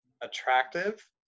attractive